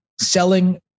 selling